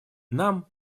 нам